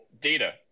data